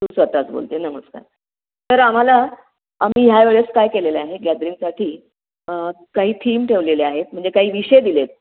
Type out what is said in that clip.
तू स्वत च बोलते आहे नमस्कार तर आम्हाला आम्ही ह्या वेळेस काय केलेलं आहे गॅदरिंगसाठी काही थीम ठेवलेले आहेत म्हणजे काही विषय दिले आहेत